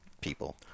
people